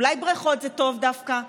אולי בריכות זה דווקא טוב,